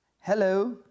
Hello